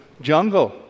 jungle